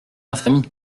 infamie